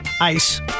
Ice